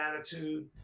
attitude